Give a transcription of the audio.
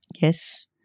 Yes